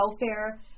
welfare